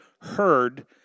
heard